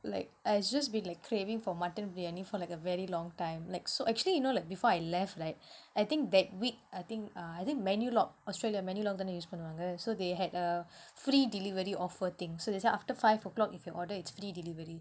like I've just been like craving for mutton briyani for like a very long time like so actually you know like before I left right I think that week I think ah I think menulog australia menulog uh so they had a free delivery offer things so they sell after five o'clock you can order it's free delivery